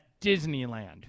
Disneyland